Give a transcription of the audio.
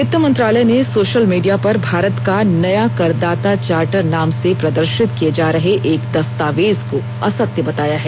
वित्त मंत्रालय ने सोशल मीडिया पर भारत का नया करदाता चार्टर नाम से प्रदर्शित किए जा रहे एक दस्तावेज को असत्य बताया है